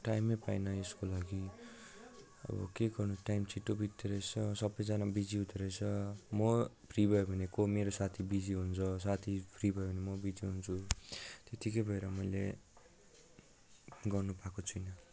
टाइमै पाइनँ यसको लागि अब के गर्नु टाइम छिट्टो बित्दोरहेछ सबैजना बिजी हुँदोरहेछ म फ्री भयो भने को मेरो साथी बिजी हुन्छ साथी फ्री भयो भने म बिजी हुन्छु त्यतिकै भएर मैले गर्नु पाएको छुइनँ